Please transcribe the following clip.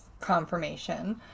confirmation